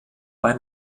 bei